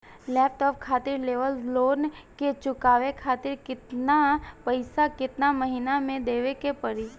Laptop खातिर लेवल loan के चुकावे खातिर केतना पैसा केतना महिना मे देवे के पड़ी?